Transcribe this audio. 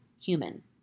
human